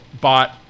bought